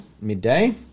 midday